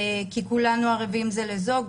כי כולנו ערבים זה לזו,